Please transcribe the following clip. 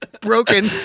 Broken